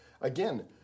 Again